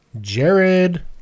Jared